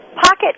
Pocket